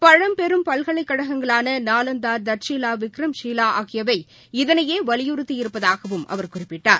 பழம்பெரும் பல்கலைக்கழகங்களான நலந்தா தட்ஷிலா விக்கிரம்ஷீலா ஆகியவை இதனையே வலியுறுத்தி இருப்பதாகவும் அவர் குறிப்பிட்டார்